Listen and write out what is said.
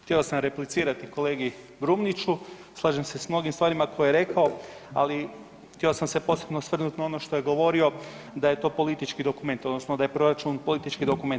Htio sam replicirati kolegi Brumniću, slažem se s mnogim stvarima koje je rekao, ali htio sam se posebno osvrnut na ono što je govorio da je to politički dokument odnosno da je proračun politički dokument.